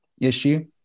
issue